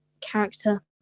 character